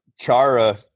Chara